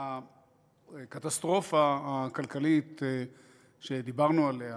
הקטסטרופה הכלכלית שדיברנו עליה